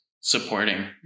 supporting